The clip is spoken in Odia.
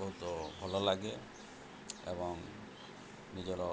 ବହୁତ ଭଲ ଲାଗେ ଏବଂ ନିଜର